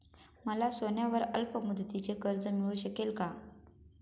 मला सोन्यावर अल्पमुदतीचे कर्ज मिळू शकेल का?